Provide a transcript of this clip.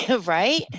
Right